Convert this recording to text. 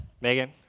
Megan